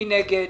מי נגד?